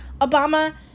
Obama